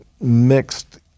mixed